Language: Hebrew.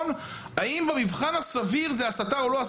האם במבחן הסביר מדובר בהסתה או שלא?